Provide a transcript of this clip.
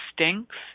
stinks